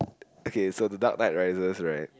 okay so the Dark Knight Rises right